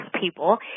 people